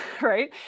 right